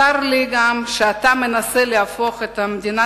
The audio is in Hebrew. צר לי גם שאתה מנסה להפוך את מדינת